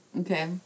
Okay